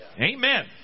Amen